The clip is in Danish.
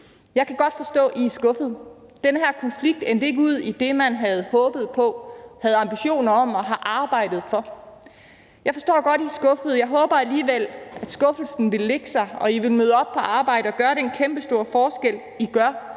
Jeg kan godt forstå, at I er skuffede. Den her konflikt endte ikke ud i det, man havde håbet på, havde ambitioner om og har arbejdet for. Jeg forstår godt, at I er skuffede, men jeg håber alligevel, at skuffelsen vil lægge sig, og at I vil møde op på arbejde og gøre den kæmpestore forskel, I gør.